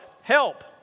Help